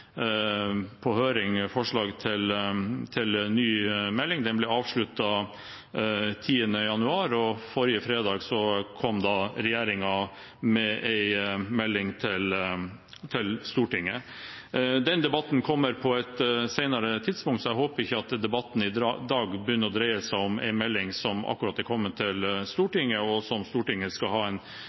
på høring forslag til ny melding. Den ble avsluttet 10. januar, og forrige fredag kom regjeringen med en melding til Stortinget. Den debatten kommer på et senere tidspunkt, så jeg håper ikke at debatten i dag begynner å dreie seg om en melding som akkurat er kommet til Stortinget, og som Stortinget skal ha en